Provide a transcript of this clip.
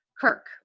Kirk